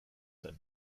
zen